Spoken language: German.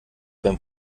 beim